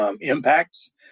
impacts